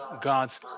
God's